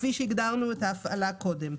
כפי שהגדרנו את ההפעלה קודם.